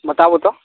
बताबु तऽ